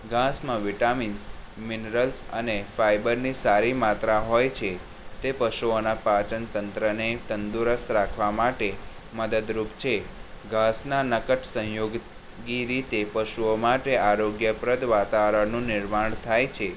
ઘાસમાં vitamins minerals અને ફાઈબરની સારી માત્રા હોય છે તે પશુઓનાં પાંચનતત્રને તંદુરસ્ત રાખવા માટે મદદરૂપ છે ઘાસના નિકટ સહયોગ રીતે પશુઓ માટે આરોગ્યપ્રદ વાતાવરણનું નિર્માણ થાય છે